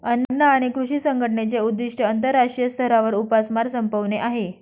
अन्न आणि कृषी संघटनेचे उद्दिष्ट आंतरराष्ट्रीय स्तरावर उपासमार संपवणे आहे